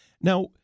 Now